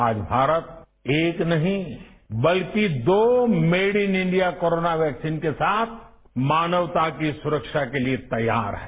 आज भारत एक नहीं बल्कि दो made in India corona vaccine के साथ मानवता की सुरक्षा के लिए तैयार है